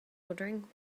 ordering